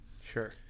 Sure